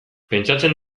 pentsatzen